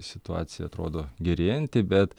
situacija atrodo gerėjanti bet